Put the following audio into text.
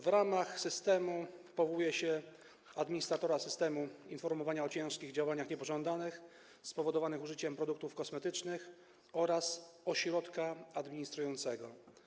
W ramach systemu powołuje się administratora systemu informowania o ciężkich działaniach niepożądanych spowodowanych użyciem produktów kosmetycznych oraz ośrodka administrującego.